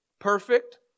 perfect